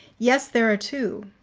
yes, there are two.